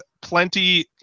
plenty